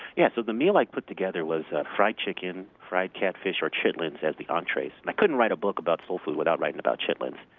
yeah so the meal i put together was fried chicken, fried catfish or chitlins as the entrees. i couldn't write a book about soul food without writing about chitlins.